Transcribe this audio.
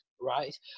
right